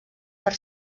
per